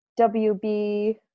WB